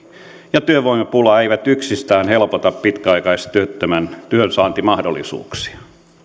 ja työvoimapula eivät yksistään helpota pitkäaikaistyöttömän työnsaantimahdollisuuksia